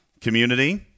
Community